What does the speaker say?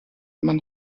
man